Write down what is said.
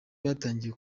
batangiye